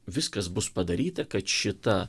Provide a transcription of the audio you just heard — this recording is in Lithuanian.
viskas bus padaryta kad šita